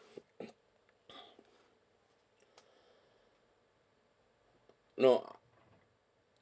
no